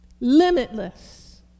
limitless